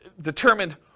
determined